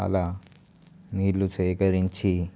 అలా నీళ్ళు సేకరించి